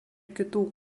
kitų